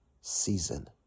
season